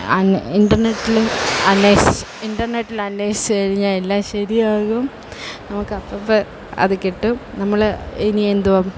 ഇൻ്റർനെറ്റിൽ ഇൻറ്റർനെറ്റിൽ അന്വേഷിച്ചു കഴിഞ്ഞാാൽ എല്ലാം ശരിയാകും നമുക്ക് അപ്പപ്പം അത് കിട്ടും നമ്മൾ ഇനി എന്തുവാണ്